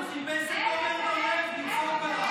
הוא חיפש את עמר בר לב לצעוק עליו.